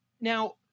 Now